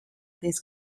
des